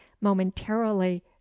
momentarily